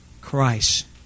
Christ